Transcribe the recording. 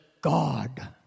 God